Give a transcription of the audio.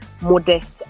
modest